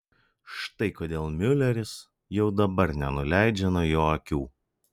štai kodėl miuleris jau dabar nenuleidžia nuo jų akių